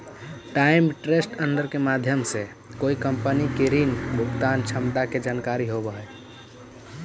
times interest earned के माध्यम से कोई कंपनी के ऋण भुगतान क्षमता के जानकारी होवऽ हई